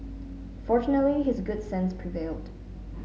fortunately his good sense prevailed